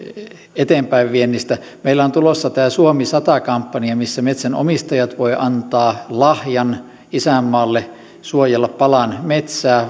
eteenpäinviennistä meillä on tulossa tämä suomi sata kampanja missä metsänomistajat voivat antaa lahjan isänmaalle suojella palan metsää